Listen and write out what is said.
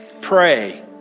pray